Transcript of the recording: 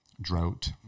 drought